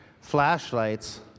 flashlights